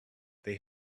they